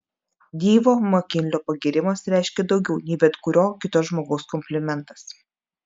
deivo makinlio pagyrimas reiškė daugiau nei bet kurio kito žmogaus komplimentas